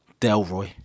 Delroy